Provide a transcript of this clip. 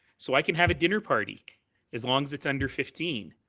so i could have a dinner party as long as it's under fifteen.